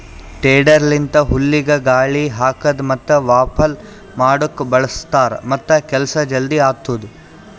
tedder ಲಿಂತ ಹುಲ್ಲಿಗ ಗಾಳಿ ಹಾಕದ್ ಮತ್ತ ವಾಫಲ್ ಮಾಡುಕ್ ಬಳ್ಸತಾರ್ ಮತ್ತ ಕೆಲಸ ಜಲ್ದಿ ಆತ್ತುದ್